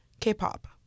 K-pop